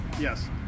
Yes